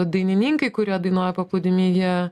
dainininkai kurie dainuoja paplūdimy jie